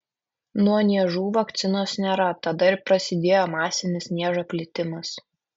nuo niežų vakcinos nėra tada ir prasidėjo masinis niežo plitimas